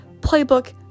playbook